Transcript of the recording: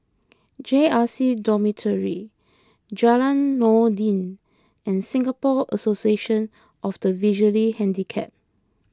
J R C Dormitory Jalan Noordin and Singapore Association of the Visually Handicapped